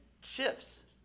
shifts